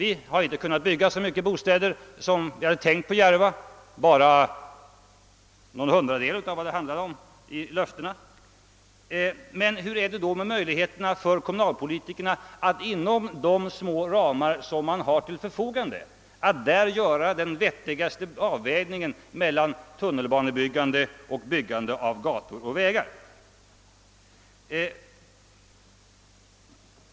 Vi har inte kunnat bygga så många bo städer på Järvafältet som vi hade tänkt — bara någon hundradel av vad löftena handlade om. Hur är det då med möjligheterna för kommunalpolitikerna att inom de snäva ramar som de har till förfogande göra en vettig avvägning mellan tunnelbanebyggandet och byggandet av gator och vägar?